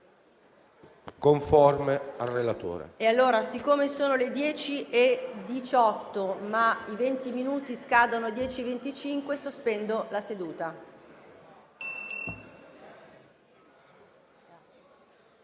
conforme al relatore.